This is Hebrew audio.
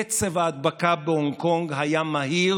קצב ההדבקה בהונג קונג היה מהיר,